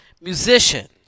musician